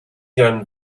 gun